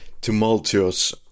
Tumultuous